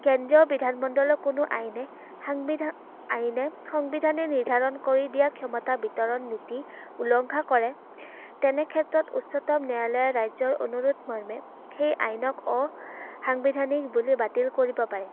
কেন্দ্ৰীয় বিধানমণ্ডলৰ কোনো আইনে সাংবিধা আইনে সংবিধানী নিৰ্ধাৰণ কৰি দিয়া ক্ষমতা বিতৰণ নীতি উলংঘা কৰে তেনে ক্ষেত্ৰত উচ্চতম ন্যায়ালয় ৰাজ্যৰ অনুৰোধ মৰ্মে সেই আইনক অসাংবিধানীক বুলি বাতিল কৰিব পাৰে